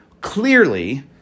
Clearly